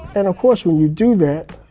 and of course when you do that,